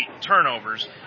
turnovers